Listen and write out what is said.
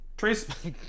Trace